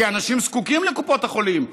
כי אנשים זקוקים לקופות החולים.